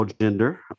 gender